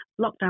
lockdown